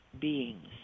beings